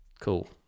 Cool